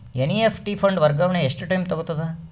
NEFT fund ವರ್ಗಾವಣೆ ಎಷ್ಟ time ತೋಗೊತದ?